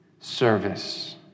service